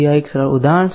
આ એક સરળ ઉદાહરણ છે